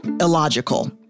Illogical